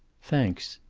thanks.